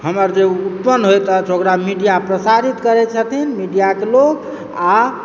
हमर जे उत्पन्न होइत अछि ओकरा मीडिया प्रसारित करैत छथिन मीडियाके लोग आ